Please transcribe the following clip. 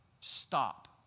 stop